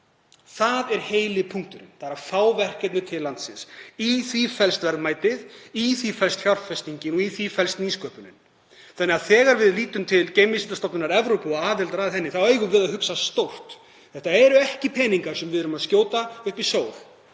Það er heili punkturinn að fá verkefni til landsins. Í því felst verðmætið. Í því felst fjárfestingin og í því felst nýsköpunin. Þegar við lítum til Geimvísindastofnun Evrópu og aðildar að henni þá eigum við að hugsa stórt. Þetta eru ekki peningar sem við erum að skjóta upp í sólina.